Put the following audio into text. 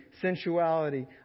sensuality